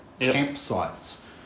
campsites